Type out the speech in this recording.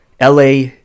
LA